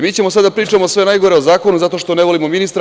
Mi ćemo sada da pričamo sve najgore o zakonu zato što ne volimo ministra.